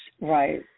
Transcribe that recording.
Right